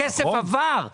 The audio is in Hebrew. הכסף עבר.